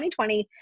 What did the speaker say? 2020